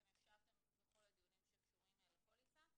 אתם ישבתם בכל הדיונים שקשורים לפוליסה.